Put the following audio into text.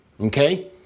okay